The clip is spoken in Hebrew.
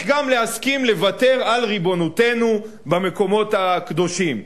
גם להסכים לוותר על ריבונותנו במקומות הקדושים.